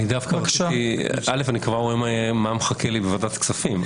אני כבר רואה מה מחכה לי בוועדת הכספים.